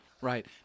Right